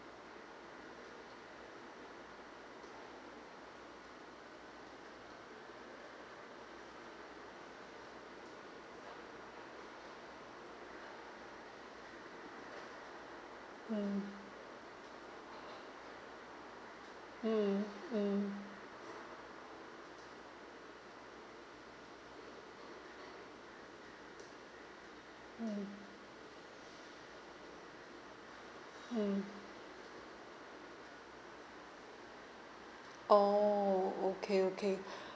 mm mm mm mm mm oh okay okay